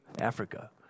Africa